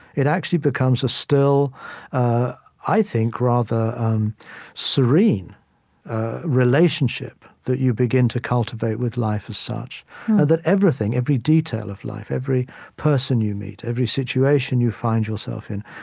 it actually becomes a still ah i think, rather um serene relationship that you begin to cultivate with life as such that everything, every detail of life, every person you meet, every situation you find yourself in,